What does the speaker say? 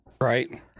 Right